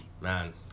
Man